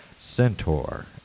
centaur